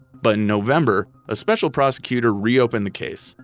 but in november, a special prosecutor reopened the case,